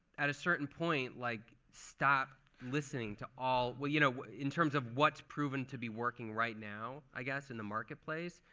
at a certain point, like stop listening to all you know in terms of what's proven to be working right now, i guess, in the marketplace,